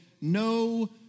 no